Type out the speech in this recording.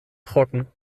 trocken